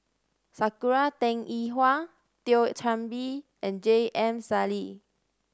Sakura Teng Ying Hua Thio Chan Bee and J M Sali